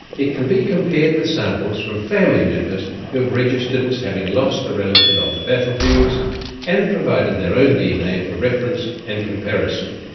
it can be compared with samples from family members who have registered as having lost a relative on the battlefields and provided their own dna for reference and comparison.